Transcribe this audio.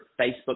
Facebook